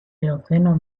eoceno